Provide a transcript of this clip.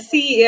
See